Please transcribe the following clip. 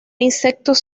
insectos